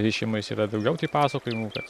rišimais yra daugiau taip pasakojimų kad